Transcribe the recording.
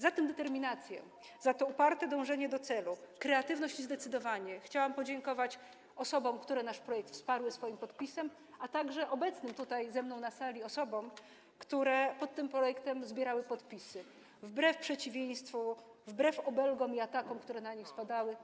Za tę determinację, za to uparte dążenie do celu, za kreatywność i zdecydowanie chciałabym podziękować osobom, które nasz projekt wsparły swoim podpisem, a także obecnym ze mną na sali osobom, które pod tym projektem zbierały podpisy wbrew przeciwieństwom, wbrew atakom i obelgom, które na nich spadały.